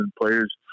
players